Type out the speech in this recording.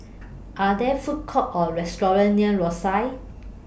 Are There Food Courts Or restaurants near Rosyth